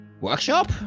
workshop